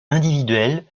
individuelles